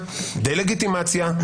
דה-לגיטימציה,